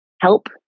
help